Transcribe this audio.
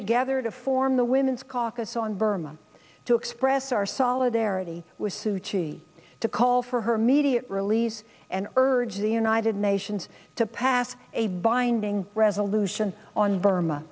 together to form the women's caucus on burma to express our solidarity with suchi to call for her immediate release and urge the united nations to pass a binding resolution on burma